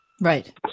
Right